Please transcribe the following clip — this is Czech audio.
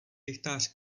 rychtář